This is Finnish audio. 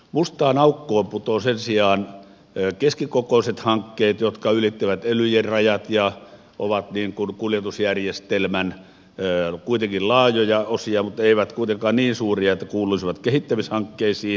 mustaan aukkoon putoavat sen sijaan keskikokoiset hankkeet jotka ylittävät elyjen rajat ja ovat kuitenkin laajoja kuljetusjärjestelmän osia mutta eivät kuitenkaan niin suuria että kuuluisivat kehittämishankkeisiin